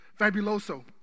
Fabuloso